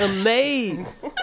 amazed